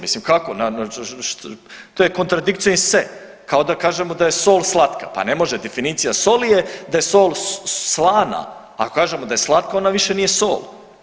Mislim kako na na, to je kontradiktio in see, kao da kažemo da je sol slatka, pa ne može definicija soli je da je sol slana, ako kažemo da je slatka ona više nije sol.